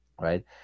right